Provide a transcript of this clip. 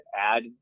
add